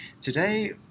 today